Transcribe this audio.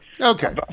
Okay